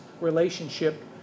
relationship